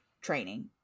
training